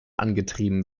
angetrieben